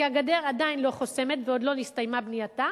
כי הגדר עדיין לא חוסמת ועדיין לא נסתיימה בנייתה,